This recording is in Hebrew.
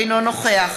אינו נוכח